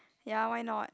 ya why not